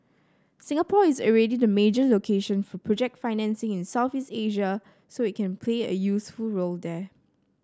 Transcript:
Singapore is already the major location for project financing in Asia so it can play a useful role there